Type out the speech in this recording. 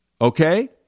okay